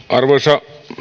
arvoisa